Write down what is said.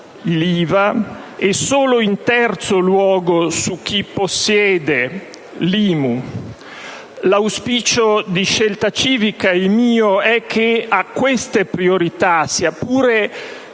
(IVA) e solo in terzo luogo su chi possiede (IMU). L'auspicio di Scelta Civica e il mio è che a queste priorità, sia pure